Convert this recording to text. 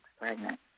pregnant